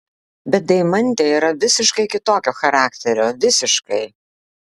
bet deimantė yra visiškai kitokio charakterio visiškai